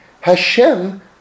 Hashem